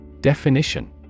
Definition